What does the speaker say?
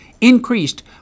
increased